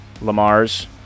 lamar's